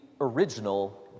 original